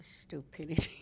Stupidity